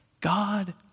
God